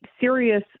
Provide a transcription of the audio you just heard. serious